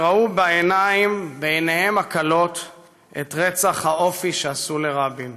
שראו בעיניהם הכלות את רצח האופי שעשו לרבין